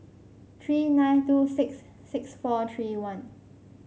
three nine two six six four three one